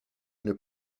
une